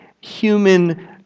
human